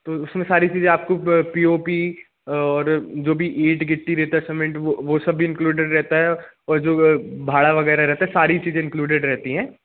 तो उसमेँ सारी चीज़ें आपको पी ओ पी और जो भी ईंट गिट्टी रेत सीमेंट वह वह सब भी इंकलूडेड रहता है और जो भाड़ा वग़ैरह रहता है सारी चीज़ें इंकलूडेड रहती हैँ